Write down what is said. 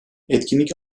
etkinlik